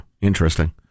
interesting